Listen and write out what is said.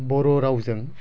बर' रावजों